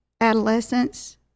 adolescence